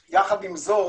זאת,